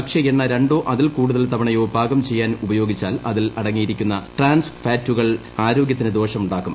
ഭക്ഷ്യ എണ്ണ രണ്ടോ അതിൽ കൂടുതൽ തവണയോ പാകം ചെയ്യാൻ ഉപയോഗിച്ചാൽ അതിൽ അടങ്ങിയിരിക്കുന്ന ട്രാൻസ് ഫാറ്റുകൾ ആരോഗൃത്തിന് ദോഷമുണ്ടാക്കും